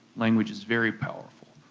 language is very powerful.